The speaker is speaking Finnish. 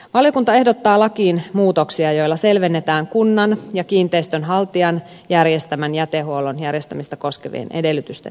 valiokunta ehdottaa lakiin muutoksia joilla selvennetään kunnan ja kiinteistön haltijan järjestämän jätehuollon järjestämistä koskevien edellytysten yhtäläisyyttä ja kilpailuneutraliteettia